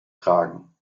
tragen